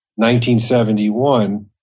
1971